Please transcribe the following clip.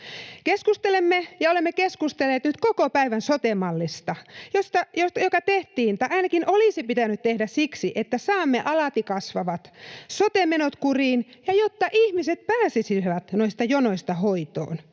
Keskustelemme ja olemme keskustelleet nyt koko päivän sote-mallista, joka tehtiin — tai ainakin olisi pitänyt tehdä — siksi, että saamme alati kasvavat sote-menot kuriin ja että ihmiset pääsisivät noista jonoista hoitoon.